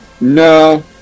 no